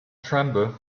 tremble